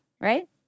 right